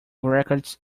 records